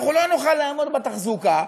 ואנחנו לא נוכל לעמוד בתחזוקה.